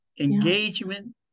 Engagement